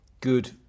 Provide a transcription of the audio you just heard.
good